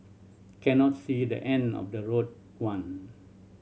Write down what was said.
cannot see the end of the road one